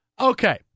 Okay